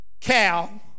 cow